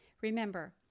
Remember